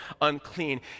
unclean